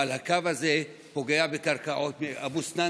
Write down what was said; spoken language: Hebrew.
אבל הקו הזה פוגע בקרקעות מאבו סנאן